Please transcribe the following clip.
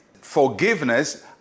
forgiveness